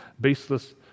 baseless